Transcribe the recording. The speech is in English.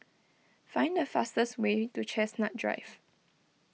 find the fastest way to Chestnut Drive